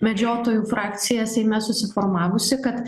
medžiotojų frakcija seime susiformavusi kad